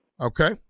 Okay